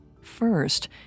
First